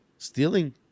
stealing